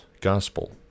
gospel